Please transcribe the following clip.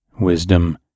wisdom